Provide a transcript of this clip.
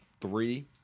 three